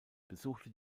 besuchte